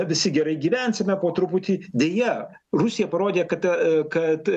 visi gerai gyvensime po truputį deja rusija parodė kad kad